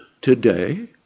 today